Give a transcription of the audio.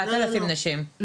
4,000 נשים.